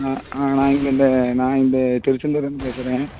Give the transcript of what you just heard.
நான் ஆ நான் இங்கே இந்த நான் இந்த திருச்செந்தூர்லேருந்து பேசுகிறேன்